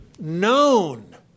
known